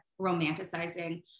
romanticizing